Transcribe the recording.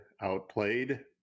outplayed